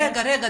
רגע,